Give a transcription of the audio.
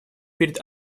перед